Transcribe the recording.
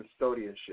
custodianship